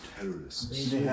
terrorists